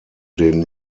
den